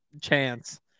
chance